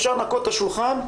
אפשר לנקות את השולחן",